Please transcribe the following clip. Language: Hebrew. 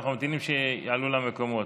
אנחנו ממתינים שיעלו למקומות.